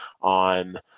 on